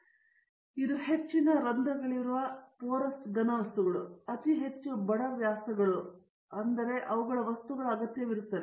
ಆದ್ದರಿಂದ ಇದು ಹೆಚ್ಚಿನ ರಂಧ್ರಗಳಿರುವ ಪೊರೋಸ್ ಘನವಸ್ತುಗಳು ಅತಿ ಹೆಚ್ಚು ಬಡ ವ್ಯಾಸಗಳು ಮತ್ತು ಅವುಗಳ ವಸ್ತುಗಳ ಅಗತ್ಯವಿರುತ್ತದೆ